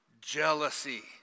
jealousy